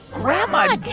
grandma